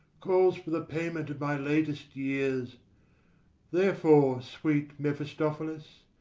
calls for the payment of my latest years therefore, sweet mephistophilis,